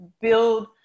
build